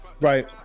right